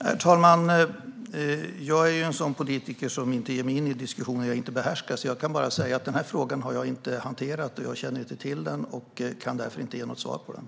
Herr talman! Jag är en sådan politiker som inte ger mig in i diskussioner jag inte behärskar, så jag kan bara säga: Jag har inte hanterat denna fråga, och jag känner inte till den. Jag kan därför inte ge något svar om detta.